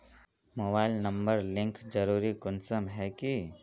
Mobile number link जरुरी कुंसम है की?